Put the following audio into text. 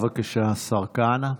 בבקשה, השר כהנא.